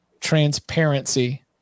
Transparency